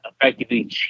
effectively